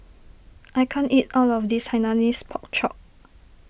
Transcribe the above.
I can't eat all of this Hainanese Pork Chop